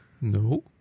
No